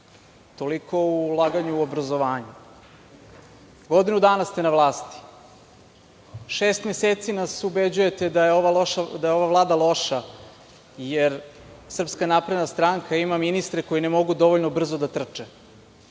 Toliko o ulaganju u obrazovanje. Godinu dana ste na vlasti, šest meseci nas ubeđujete da je ova Vlada loša jer SNS ima ministre koji ne mogu dovoljno brzo da trče,